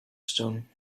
stone